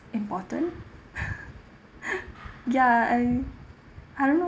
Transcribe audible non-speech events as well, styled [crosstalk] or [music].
important [laughs] [breath] ya and I don't know